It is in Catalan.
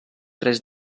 tres